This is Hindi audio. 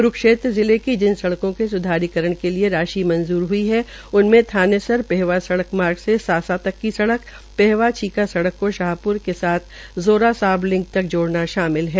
क्रूक्षेत्र जिले के जिन सड़केां के सुधारीकरण के लिए राशि मंजूर ह्ई उनमें थानेसर पहेवा सड़क मार्ग से सासा तक की सड़क पहेवा चीका सड़क को शाहप्र के साथ ज़ोरा साब लिंक तक जोड़ाना शामिल है